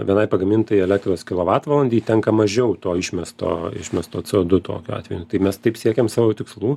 vienai pagamintai elektros kilovatvalandei tenka mažiau to išmesto išmesto c o du tokiu atveju tai mes taip siekiam savo tikslų